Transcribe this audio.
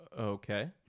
Okay